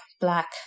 black